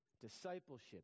Discipleship